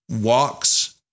walks